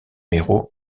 héros